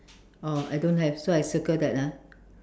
oh I don't have so I circle that ah